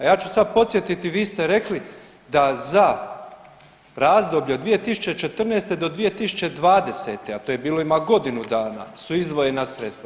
A ja ću sad podsjetiti, vi ste rekli da za razdoblje od 2014. do 2020., a to je bilo, ima godinu dana, su izdvojena sredstva.